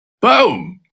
Boom